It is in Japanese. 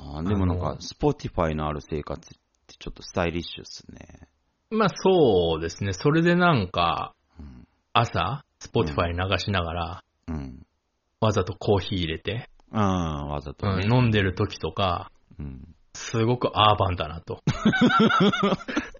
あー、でもなんか、あの、Spotifyのある生活ってちょっとスタイリッシュっすね。まあ、そうですね。それでなんか、うん。朝、Spotifyうん。流しながら、うん。わざとコーヒー入れて、あー、わざとね。うん、飲んでる時とか、うん。すごくアーバンだなと。うん。